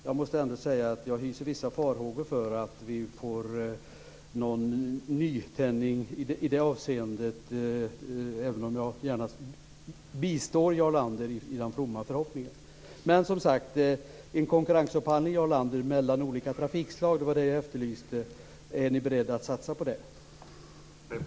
Jag hyser dock vissa farhågor när det gäller att vi skall få en nytändning i det avseendet, även om jag gärna bistår Jarl Lander i den fromma förhoppningen. En konkurrensupphandling mellan olika trafikslag var alltså vad jag efterlyste. Är ni beredda att satsa på det, Jarl Lander?